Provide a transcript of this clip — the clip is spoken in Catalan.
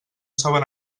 saben